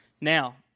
Now